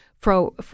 pro